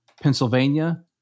Pennsylvania